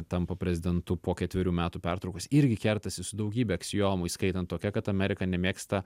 tampa prezidentu po ketverių metų pertraukos irgi kertasi su daugybe aksiomų įskaitant tokia kad amerika nemėgsta